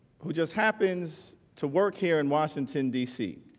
who just happens to work here in washington dc.